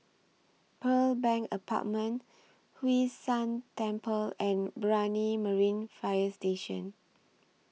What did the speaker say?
Pearl Bank Apartment Hwee San Temple and Brani Marine Fire Station